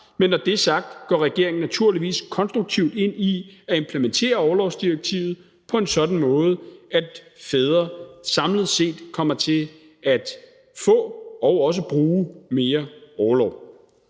Men når det er sagt, går regeringen naturligvis konstruktivt ind i at implementere orlovsdirektivet på en sådan måde, at fædre samlet set kommer til at få og også bruge mere orlov.